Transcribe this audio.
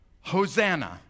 Hosanna